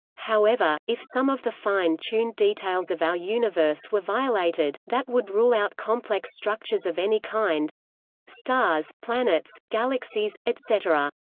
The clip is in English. however, if some of the fine-tuned details of our universe were violated, that would rule out complex structures of any kind stars, planets, galaxies, etc.